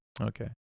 Okay